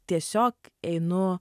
tiesiog einu